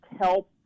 help